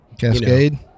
Cascade